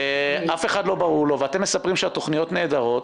אתם מספרים שהתוכניות נהדרות